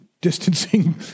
distancing